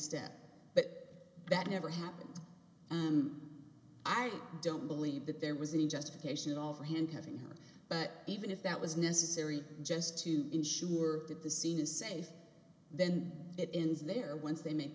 step but that never happened and i don't believe that there was any justification at all for him having her but even if that was necessary just to ensure that the scene is safe then it is there once they made